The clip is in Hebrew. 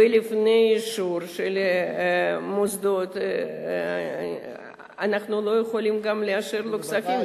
ולפני האישור של המוסדות אנחנו לא יכולים גם לאשר לו כספים,